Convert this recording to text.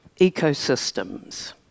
ecosystems